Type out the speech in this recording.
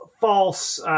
false